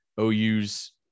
OU's